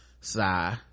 Sigh